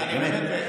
באמת.